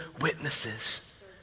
witnesses